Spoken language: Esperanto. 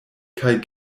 kaj